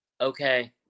okay